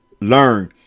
learn